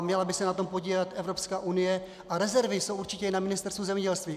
Měla by se na tom podílet Evropská unie a rezervy jsou určitě i na Ministerstvu zemědělství.